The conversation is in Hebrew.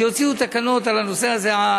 שיוציאו תקנות על הנושא הזה.